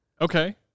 Okay